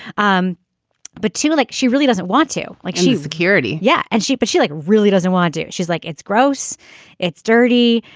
um but to me like she really doesn't want to like she's security. yeah and she but she like really doesn't want to. she's like it's gross it's dirty.